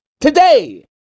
today